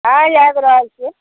हँ आबि रहल छिए